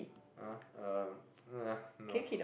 ah uh no